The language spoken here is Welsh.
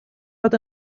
fod